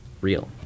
Real